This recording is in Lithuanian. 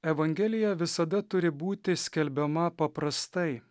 evangelija visada turi būti skelbiama paprastai